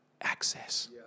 access